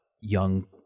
young